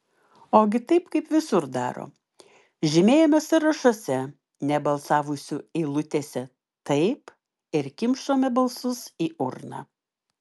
ogi taip kaip visur daro žymėjome sąrašuose nebalsavusių eilutėse taip ir kimšome balsus į urną